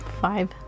Five